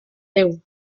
déu